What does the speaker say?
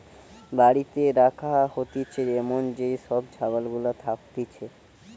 বাড়িতে রাখা হতিছে এমন যেই সব ছাগল গুলা থাকতিছে